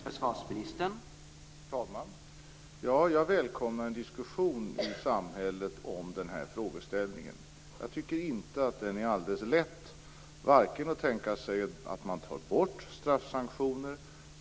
Herr talman! Ja, jag välkomnar en diskussion i samhället om den här frågeställningen. Jag tycker inte att den är alldeles lätt. Det är inte lätt att tänka sig att ta bort straffsanktionerna.